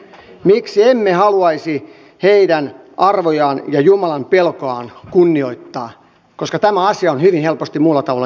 miksi emme haluaisi heidän arvojaan ja jumalanpelkoaan kunnioittaa koska tämä asia on hyvin helposti muulla tavalla järjestettävissä